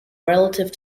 relative